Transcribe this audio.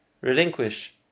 relinquish